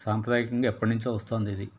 సాంప్రదాయకంగా ఎప్పటినుంచో వస్తోంది ఇది